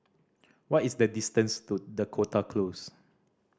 what is the distance to Dakota Close